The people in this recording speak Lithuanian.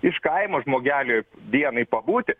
iš kaimo žmogeliui dienai pabūti